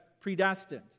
predestined